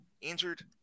injured